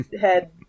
head